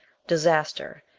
disaster,